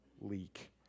leak